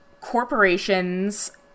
corporations